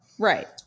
Right